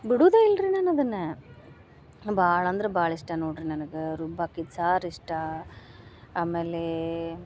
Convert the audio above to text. ಬಿಡುದೇ ಇಲ್ರಿ ನಾನು ಅದನ್ನ ಭಾಳ ಅಂದ್ರ ಭಾಳ ಇಷ್ಟ ನೋಡ್ರಿ ನನಗೆ ರುಬ್ಬಾಕಿದ ಸಾರು ಇಷ್ಟ ಆಮೇಲೆ